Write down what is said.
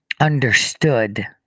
understood